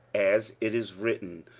as it is written,